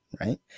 right